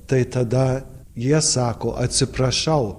tai tada jie sako atsiprašau